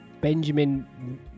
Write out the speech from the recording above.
Benjamin